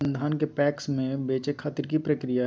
अपन धान के पैक्स मैं बेचे खातिर की प्रक्रिया हय?